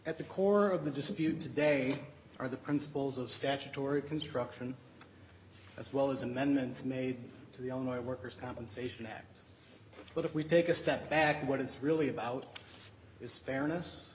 at the core of the dispute today are the principles of statutory construction as well as amendments made to the on my worker's compensation act but if we take a step back what it's really about is fairness